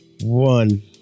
One